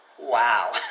wow